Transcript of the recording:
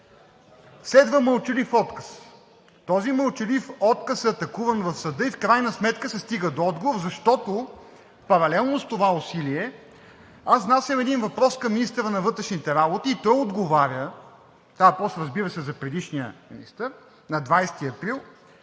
Следва мълчалив отказ. Този мълчалив отказ е атакуван в съда и в крайна сметка се стига до отговор, защото паралелно с това усилие аз внасям един въпрос към министъра на вътрешните работи и той отговаря – става въпрос, разбира се, за предишния министър – на 20 април,